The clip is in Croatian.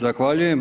Zahvaljujem.